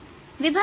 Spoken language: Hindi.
विभव क्या है